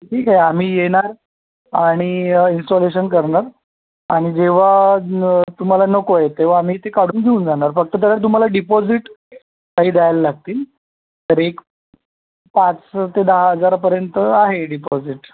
ठीक आहे आम्ही येणार आणि इन्स्टॉलेशन करणार आणि जेव्हा तुम्हाला नको आहे तेव्हा आम्ही ते काढून घेऊन जाणार फक्त त्याच्यात तुम्हाला डिपॉझिट काही द्यायला लागतील तर एक पाच ते दहा हजारापर्यंत आहे डिपॉझिट